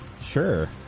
sure